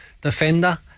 defender